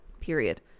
Period